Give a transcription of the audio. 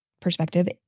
perspective